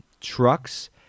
trucks